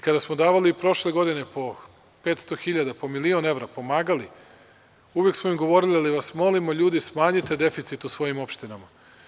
Kada smo davali prošle godine po 500 hiljada, po milion evra, pomagali, uvek smo im govorili – ali, vas molimo, ljudi, smanjite deficit u svojim opštinama.